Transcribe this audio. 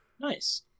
Nice